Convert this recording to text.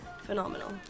phenomenal